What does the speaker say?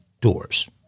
doors